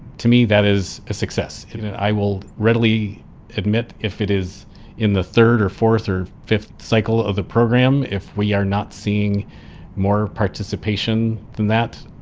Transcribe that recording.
to me, that is a success. and i will readily admit, if it is in the third or fourth or fifth cycle of the program, if we are not seeing more participation than that,